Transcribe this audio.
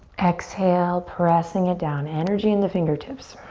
exhale, pressing it down. energy in the fingertips.